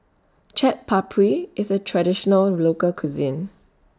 Chaat Papri IS A Traditional Local Cuisine